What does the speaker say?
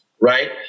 right